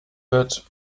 wird